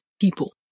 people